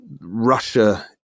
Russia